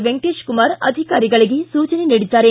ವೆಂಕಟೇಶ ಕುಮಾರ್ ಅಧಿಕಾರಿಗಳಿಗೆ ಸೂಚನೆ ನೀಡಿದ್ದಾರೆ